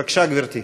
בבקשה, גברתי.